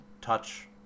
touch